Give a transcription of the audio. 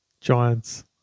Giants